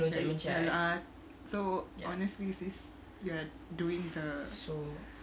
ah so honestly sis you're doing the